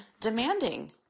demanding